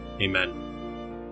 Amen